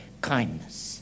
kindness